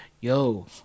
yo